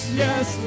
yes